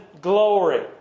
glory